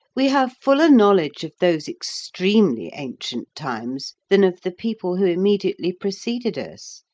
we have fuller knowledge of those extremely ancient times than of the people who immediately preceded us,